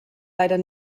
leider